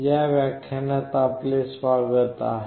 या व्याख्यानात आपले स्वागत आहे